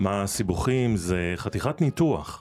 מהסיבוכים זה חתיכת ניתוח